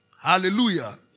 Hallelujah